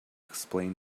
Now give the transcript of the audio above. explain